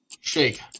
Shake